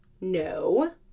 No